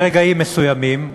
ברגעים מסוימים,